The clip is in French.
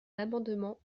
l’amendement